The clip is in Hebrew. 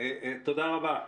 תודה רבה.